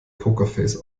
pokerface